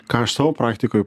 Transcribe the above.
ką aš savo praktikoj